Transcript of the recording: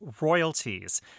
Royalties